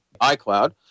iCloud